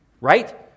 right